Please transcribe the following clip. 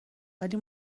ولی